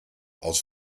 aus